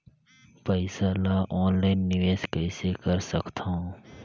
पईसा ल ऑनलाइन निवेश कइसे कर सकथव?